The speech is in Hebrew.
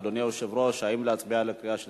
אדוני היושב-ראש, האם להצביע בקריאה שלישית?